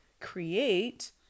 create